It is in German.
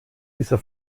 dieser